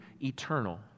eternal